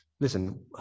Listen